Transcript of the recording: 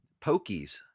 Pokies